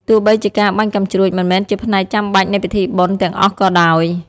ទោះបីជាការបាញ់កាំជ្រួចមិនមែនជាផ្នែកចាំបាច់នៃពិធីបុណ្យទាំងអស់ក៏ដោយ ។